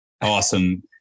Awesome